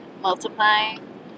multiplying